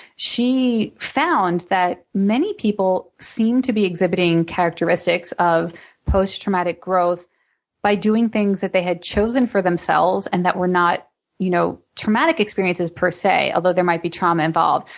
she found that many people seem to be exhibiting characteristics of post-traumatic growth by doing things that they had chosen for themselves and that were not you know traumatic experiences, per se, although there might be trauma involved.